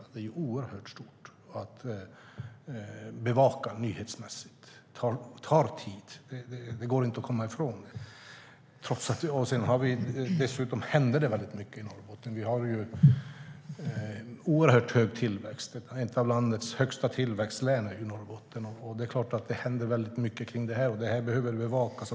Det är ett oerhört stort län att bevaka nyhetsmässigt. Det går inte att komma ifrån att det tar tid. Dessutom händer det väldigt mycket i Norrbotten. Vi har en oerhört hög tillväxt. Norrbotten är ett av landets största tillväxtlän, och det händer mycket där som behöver bevakas.